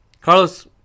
Carlos